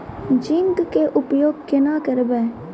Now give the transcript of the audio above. Zinc के उपयोग केना करये?